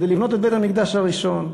כדי לבנות את בית-המקדש הראשון.